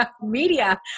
media